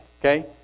okay